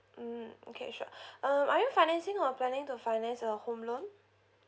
mm okay sure um are you financing or planning to finance a home loan